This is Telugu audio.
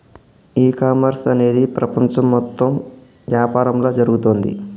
ఈ కామర్స్ అనేది ప్రపంచం మొత్తం యాపారంలా జరుగుతోంది